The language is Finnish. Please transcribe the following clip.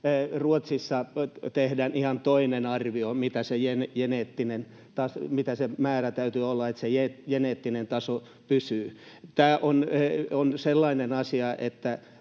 Ruotsissa tehdään ihan toinen arvio, mitä sen määrän täytyy olla, että se geneettinen taso pysyy. Tämä on sellainen asia, että